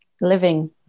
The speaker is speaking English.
living